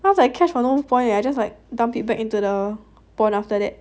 then I was like I catch for no point eh I just like dump it back into the pond after that